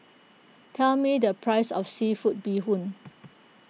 tell me the price of Seafood Bee Hoon